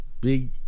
big